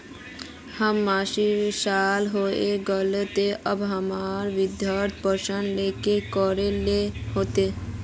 हमर सायट साल होय गले ते अब हमरा वृद्धा पेंशन ले की करे ले होते?